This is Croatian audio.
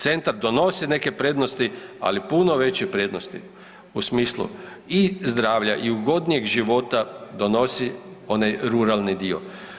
Centar donosi neke prednosti, ali puno veće prednosti u smislu i zdravlja i ugodnijeg života donosi onaj ruralni dio.